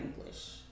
English